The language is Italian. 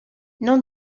non